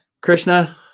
Krishna